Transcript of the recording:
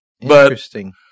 Interesting